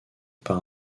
par